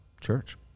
church